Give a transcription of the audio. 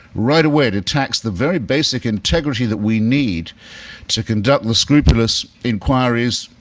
right away, it attacks the very basic integrity that we need to conduct the scrupulous inquiries,